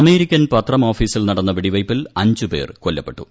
American പത്രം ഓഫീസിൽ നടന്ന വെടിവയ്പ്പിൽ അഞ്ചു പേർ കൊല്ലപ്പെട്ടു